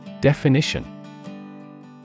Definition